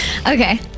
Okay